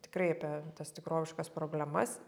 tikrai apie tas tikroviškas problemas